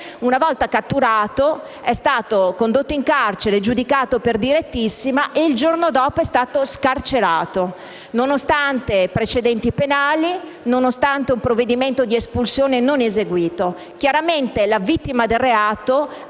una volta catturato è stato condotto in carcere, giudicato per direttissima e il giorno dopo scarcerato, nonostante i precedenti penali e nonostante il provvedimento di espulsione non eseguito. Chiaramente la vittima del reato